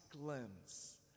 glimpse